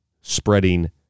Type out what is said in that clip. spreading